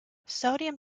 sodium